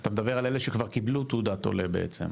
אתה מדבר על אלה שכבר קיבלו תעודת עולה בעצם.